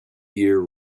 year